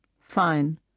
Fine